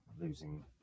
losing